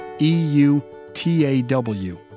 E-U-T-A-W